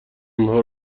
اونها